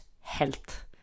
health